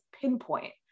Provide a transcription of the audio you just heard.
pinpoint